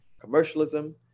commercialism